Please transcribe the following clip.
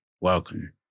Welcome